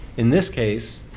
in this case